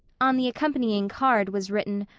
on the accompanying card was written,